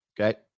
Okay